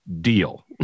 deal